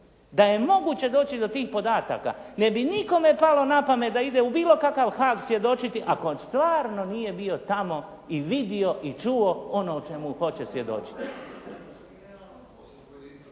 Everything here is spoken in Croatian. Da je moguće doći do tih podataka ne bi nikome palo na pamet da ide u bilo kakav Haag svjedočiti, ako stvarno nije bio tamo i vidio i čuo ono o čemu hoće svjedočiti.